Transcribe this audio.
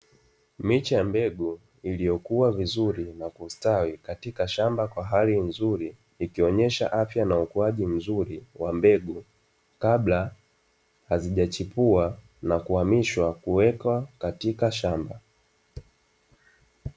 Miche ya mbegu iliyokuwa vizuri na kustawi katika shamba kwa hali nzuri, ikionyesha afya na ukuaji mzuri wa mbegu, kabla hazijachipua na kuhamishwa kuwekwa katika shamba.